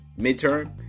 midterm